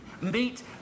meet